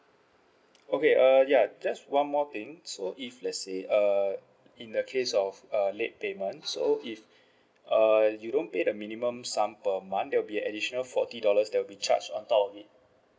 okay uh ya just one more thing so if let's say err in the case of uh late payment so if uh you don't pay the minimum sum per month there will be additional forty dollars there will charge on top of it